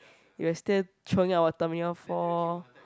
you are still throwing our term year four